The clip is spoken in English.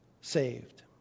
saved